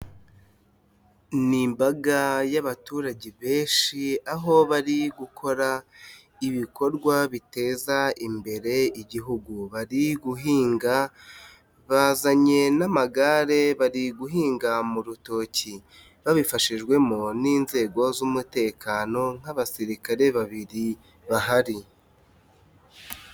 Ni imbaga y'abaturage benshi, aho bari gukora ibikorwa biteza imbere Igihugu. Bari guhinga bazanye n'amagare, bari guhinga mu rutoki babifashijwemo n'inzego z'umutekano nk'abasirikare babiri bahari.